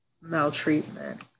maltreatment